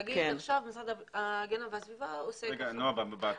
להגיד עכשיו המשרד להגנת הסביבה עושה כך וכך.